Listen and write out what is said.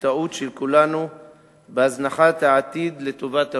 בטעות של כולנו בהזנחת העתיד לטובת ההווה.